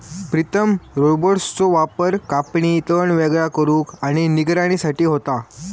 प्रीतम रोबोट्सचो वापर कापणी, तण वेगळा करुक आणि निगराणी साठी होता